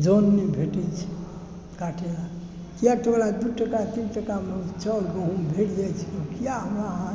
जन नहि भेटै छै काटै लए किया तऽ ओकरा दू टका तीन टकामे चाउर गहूॅंम भेट जाइ छै तऽ किया हमरा अहाँ